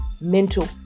mental